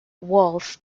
walls